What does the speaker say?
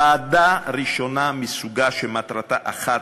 ועדה ראשונה מסוגה, שמטרתה אחת: